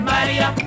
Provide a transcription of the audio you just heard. Maria